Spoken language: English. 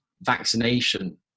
vaccination